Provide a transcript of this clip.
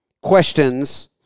questions